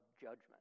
judgment